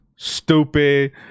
stupid